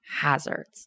hazards